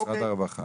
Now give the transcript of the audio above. משרד הרווחה.